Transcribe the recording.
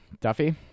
Duffy